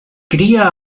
cria